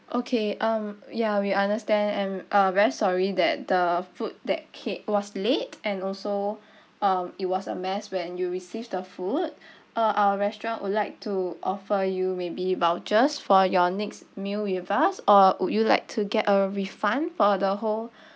okay um ya we understand and uh very sorry that the food that came was late and also um it was a mess when you received the food uh our restaurant would like to offer you maybe vouchers for your next meal with us or would you like to get a refund for the whole